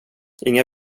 inga